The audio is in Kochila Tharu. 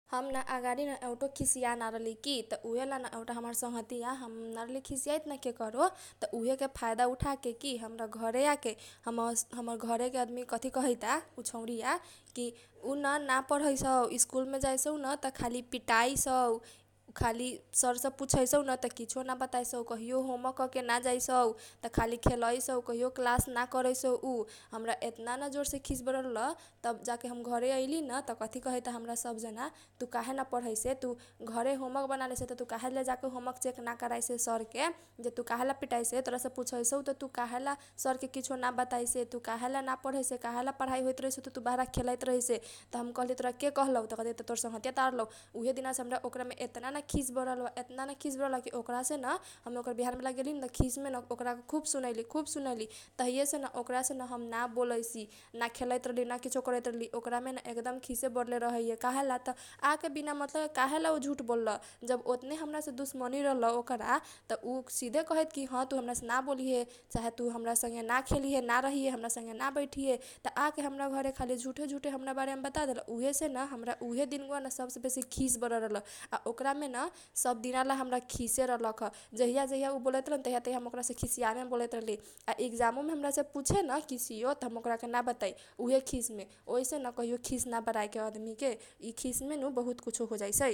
हम न अगाडि न एउटो खिसीया ना रहली की त उहेला ना एउटा हमर सँगतिया हम ना रली खिसियाइत न केकरो त उहेके फाइदा उठाके की हमरा घरे आके हमर घरेके आदमी मे कथी कहाइता छैरीया की उ न ना पढाइसौ स्कूल मे जैसौ न त खाली पिताइसौ सर सब पुछैसौ न त कीछो ना बतैसौ त उ कहियो होमवर्क करके ना जाइसौ त खाली खेलाइसौ काहियो क्लास ना करैसौ उ त हमरा न यतना न जोरसे खिस बरल रल तब जाके हम घरे अइलीन त कथी कहिता सब जना तु काहे ना पढैसे तु घरे होमवर्क बनालेइसे त काहे लेजाके होमवर्क चेक ना कराइसे सरके जे तु काहे पिटाइसे तोरा से पुछैसौ त तु काहेना सरके कुछो ना बताइसे तु काहेला ना पढैसे काहे पढाई होइत रहैसौ त तु बाहरा खेलइत रहैसे त हम कहली तोरा के कहलौ त कहाइता तोहर सँगतिय आलरहलउ त उहे दिनासे हमरा ओकरा मे यतना न खिस बरल बा यतना न खिस बरल बा कि ओकरा सेन हम ओकर बिहान भेला गेलीन त यतना न किस बरल रल ओकरा खुब सुनइली खुब सुनइली तहीय सेन ओकरा सेन हम ना बोलैसी ना खेलेइत रली ना किछो करैत रहली ओकरा मेन एकदम खिसे बरल रहैय त काहेला आके बिना मतलबके काहेला झुट बोलल जब ओतने हमरा से दुस्मनी रल ओकरा त सिधे कहैत हमरा तु हमरा से ना बोलीहे चाहे तु हमरा संगे ना रहिए हमरा संगे हमरा संगे ना बैठीहे त आके हमरा घरे खाली झुठेझुठे हमरा बारे मे बतादेल त उहे सेन हमरा न ओकरा मे न सबसे बेसी खिस बरल रल आ ओकरा मे न सब दिनाला हमरा खिसे रलख जहिया जहिया उ बोलैत रलहन तहिया तहिया हम ओकरा से खिसियालेमे बोलैत रहली आ इकजाममे हमरासे पुछेन किसियो त हम ओकरा के ना बताइ उहे खिसमे ओहिसेन कहियो खिस ना बराएके आदमी के इ खिसमेन कुछो होजाइसै ।